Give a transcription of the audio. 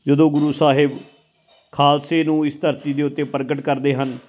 ਜਦੋਂ ਗੁਰੂ ਸਾਹਿਬ ਖਾਲਸੇ ਨੂੰ ਇਸ ਧਰਤੀ ਦੇ ਉੱਤੇ ਪ੍ਰਗਟ ਕਰਦੇ ਹਨ